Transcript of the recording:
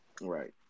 Right